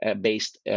based